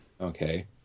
Okay